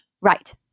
Right